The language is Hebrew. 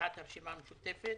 בסיעת הרשימה המשותפת,